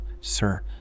sir